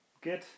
good